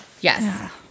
Yes